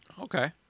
Okay